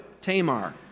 Tamar